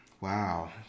Wow